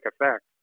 effect